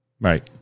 Right